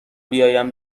بیایم